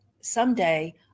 someday